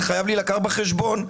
זה חייב להילקח בחשבון.